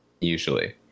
usually